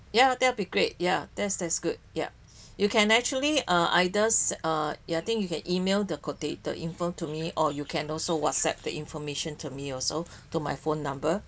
ya that would be great ya that that's good yup you can actually uh either ya I think you can email the quotat~ the info to me or you can also whatsapp the information to me also to my phone number